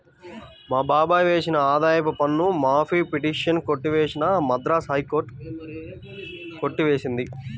మా బాబాయ్ వేసిన ఆదాయపు పన్ను మాఫీ పిటిషన్ కొట్టివేసిన మద్రాస్ హైకోర్టు కొట్టి వేసింది